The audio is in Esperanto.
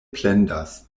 plendas